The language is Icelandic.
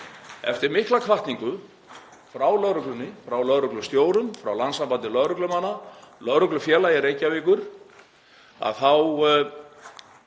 Eftir mikla hvatningu frá lögreglunni, frá lögreglustjórum, frá Landssambandi lögreglumanna og Lögreglufélagi Reykjavíkur þá